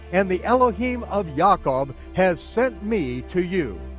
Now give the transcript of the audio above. and the elohim of yaakov, has sent me to you.